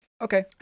Okay